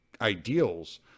ideals